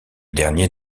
dernier